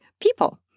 people